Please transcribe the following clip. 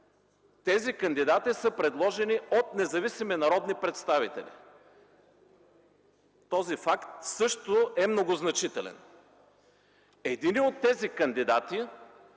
Тези кандидати са предложени от независими народни представители. Този факт също е многозначителен. Единият от тези кандидати